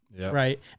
right